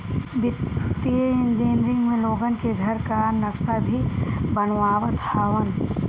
वित्तीय इंजनियर में लोगन के घर कअ नक्सा भी बनावत हवन